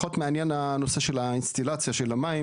הנושא של האינסטלציה של המים